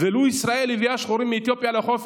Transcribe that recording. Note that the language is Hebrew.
ואילו ישראל הביאה שחורים מאתיופיה לחופש,